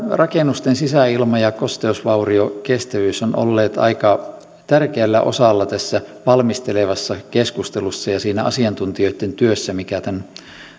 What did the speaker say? rakennusten sisäilma ja kosteusvauriokestävyys ovat olleet aika tärkeällä osalla tässä valmistelevassa keskustelussa ja siinä asiantuntijoitten työssä mikä tämän